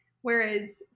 whereas